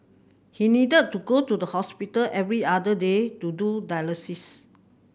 he needed to go to the hospital every other day to do dialysis